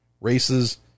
races